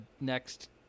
next